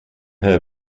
her